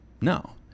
No